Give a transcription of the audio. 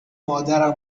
مادرم